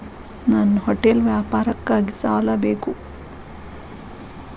ನನ್ನ ಹೋಟೆಲ್ ವ್ಯಾಪಾರಕ್ಕಾಗಿ ಸಾಲ ಬೇಕು